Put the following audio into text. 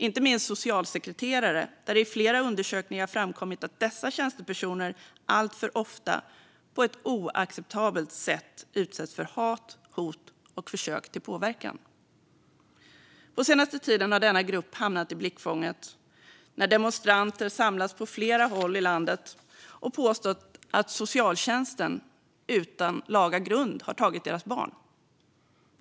Inte minst för socialsekreterare har det i flera undersökningar framkommit att dessa tjänstpersoner alltför ofta, på ett oacceptabelt sätt, utsätts för hat, hot och försök till påverkan. På senare tid har denna grupp hamnat i blickfånget när demonstranter samlats på flera håll i landet och påstått att socialtjänsten, utan laga grund, har tagit deras barn.